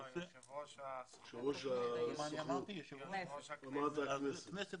האיש הזה, בכל מקום